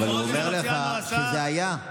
הוא אומר לך שזה היה,